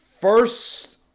First